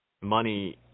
money